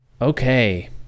Okay